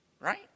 Right